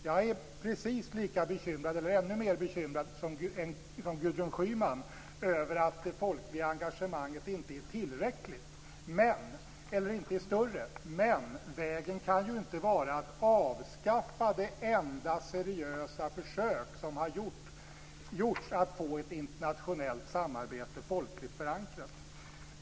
Jag är precis lika bekymrad, eller ännu mer bekymrad, som Gudrun Schyman över att det folkliga engagemanget inte är större, men vägen kan ju inte vara att avskaffa det enda seriösa försök som har gjorts att få ett internationellt samarbete folkligt förankrat.